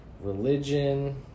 religion